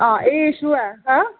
आं एह् इश्शू ऐ